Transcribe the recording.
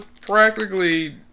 practically